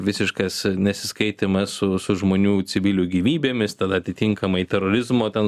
visiškas nesiskaitymas su su žmonių civilių gyvybėmis tada atitinkamai terorizmo ten